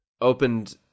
opened